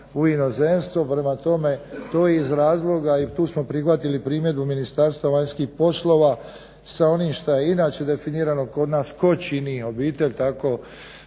u inozemstvo. Prema tome, to iz razloga i tu smo prihvatili primjedbu Ministarstva vanjskih poslova sa onim što je inače definirano kod nas tko čini obitelj, tako